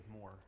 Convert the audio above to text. more